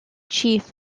chief